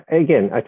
again